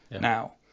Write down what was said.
now